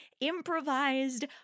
improvised